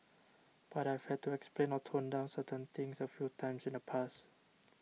but I've had to explain or tone down certain things a few times in the past